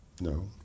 no